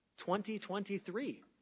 2023